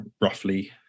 roughly